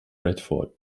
bradford